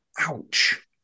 ouch